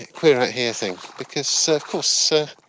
queer out here thing, because sort of course ah